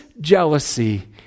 jealousy